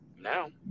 Now